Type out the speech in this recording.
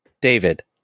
David